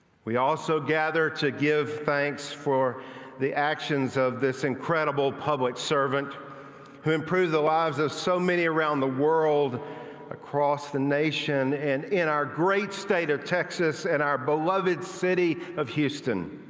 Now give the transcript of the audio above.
we also gather to give thanks for the actions of this incredible public servant who improves the lives of so many around the world across the nation and in our great state of texas and our beloved city of houston.